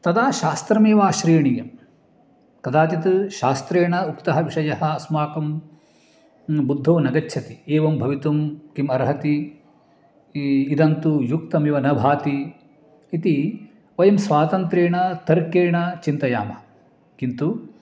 तदा शास्त्रमेव आश्रयणीयं कदाचित् शास्त्रेण उक्तः विषयः अस्माकं बुद्धौ न गच्छति एवं भवितुं किम् अर्हति ई इदन्तु युक्तमिव न भाति इति वयं स्वातन्त्र्येण तर्केण चिन्तयामः किन्तु